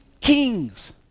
kings